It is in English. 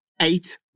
Eight